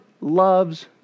loves